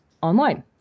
online